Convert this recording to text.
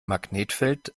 magnetfeld